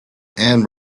and